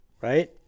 right